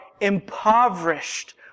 impoverished